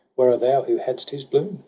where are thou who hadst his bloom?